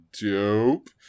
dope